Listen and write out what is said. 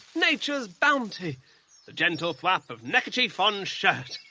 nature's bounty. the gentle thwap of neckerchief on shirt.